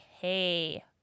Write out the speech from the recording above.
hey